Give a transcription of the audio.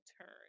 turn